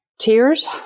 Tears